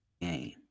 game